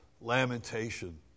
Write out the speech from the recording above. lamentation